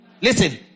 Listen